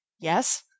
Yes